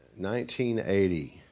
1980